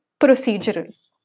procedural